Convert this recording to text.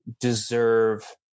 deserve